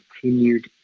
continued